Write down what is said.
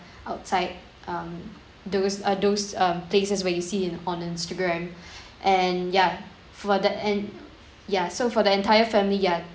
outside um those uh those um places where you see in on instagram and ya for the en~ ya so for the entire family ya